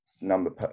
number